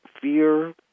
fear